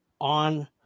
on